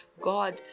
god